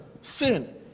sin